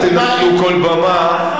אל תנצלו כל במה,